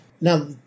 Now